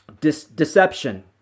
deception